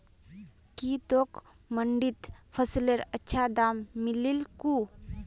की तोक मंडीत फसलेर अच्छा दाम मिलील कु